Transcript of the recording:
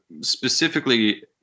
specifically